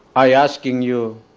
i'm asking you